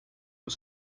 was